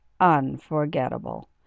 unforgettable